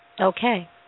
Okay